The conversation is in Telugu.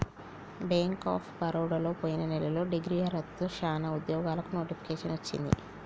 బ్యేంక్ ఆఫ్ బరోడలో పొయిన నెలలో డిగ్రీ అర్హతతో చానా ఉద్యోగాలకు నోటిఫికేషన్ వచ్చింది